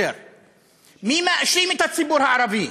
מי מאשים את הציבור הערבי.